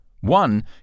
One